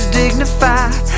dignified